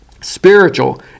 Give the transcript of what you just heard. Spiritual